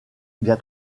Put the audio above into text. bien